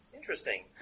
Interesting